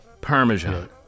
Parmesan